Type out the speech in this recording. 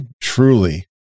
truly